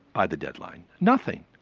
by the deadline. nothing.